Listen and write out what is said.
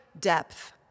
depth